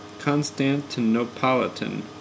constantinopolitan